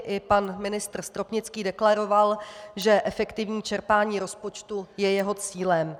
I pan ministr Stropnický deklaroval, že efektivní čerpání rozpočtu je jeho cílem.